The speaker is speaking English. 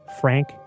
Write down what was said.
Frank